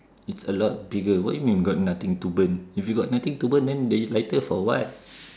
it's a lot bigger what you mean you got nothing to burn if you got nothing to burn then you use lighter for what